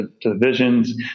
divisions